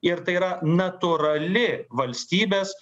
ir tai yra natūrali valstybės